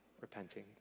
repenting